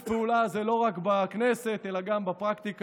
הפעולה הזה לא רק בכנסת אלא גם בפרקטיקה.